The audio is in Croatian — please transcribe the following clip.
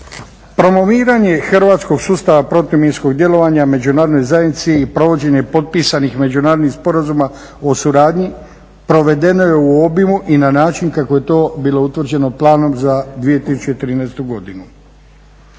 Promoviranje hrvatskog sustava protuminskog djelovanja međunarodne zajednice i provođenje potpisanih međunarodnih sporazuma o suradnji provedeno je u obimu i na način kako je to bilo utvrđeno planom za 2013.godinu.